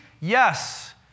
Yes